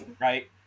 Right